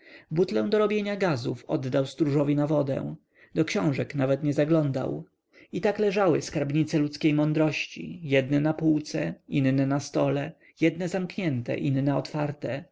butlę do robienia gazów oddał stróżowi na wodę do książek nawet nie zaglądał i tak leżały skarbnice ludzkiej mądrości jedne na półce inne na stole jedne zamknięte inne otwarte